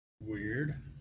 weird